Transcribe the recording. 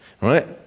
right